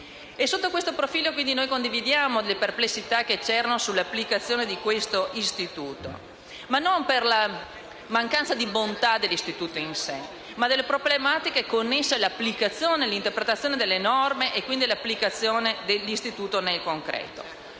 Sotto questo profilo condividiamo le perplessità in ordine all'applicazione di questo istituto, ma non per la mancanza di bontà dell'istituto in sé, quanto per le problematiche connesse all'interpretazione delle norme e quindi all'applicazione dell'istituto nel concreto.